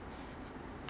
toner usually